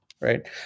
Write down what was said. right